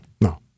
no